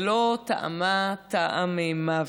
שלא טעמה טעם מוות,